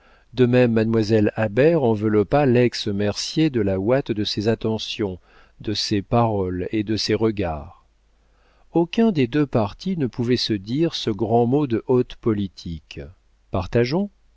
de même mademoiselle habert enveloppa lex mercier de la ouate de ses attentions de ses paroles et de ses regards aucun des deux partis ne pouvait se dire ce grand mot de haute politique partageons